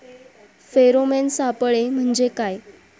Pheromone सापळे म्हंजे काय?